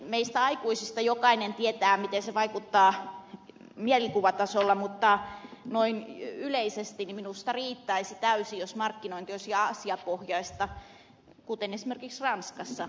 meistä aikuisista jokainen tietää miten se vaikuttaa mielikuvatasolla mutta noin yleisesti minusta riittäisi täysin jos markkinointi olisi asiapohjaista kuten esimerkiksi ranskassa jo on